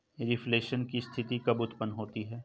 Reflation की स्थिति कब उत्पन्न होती है?